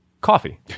coffee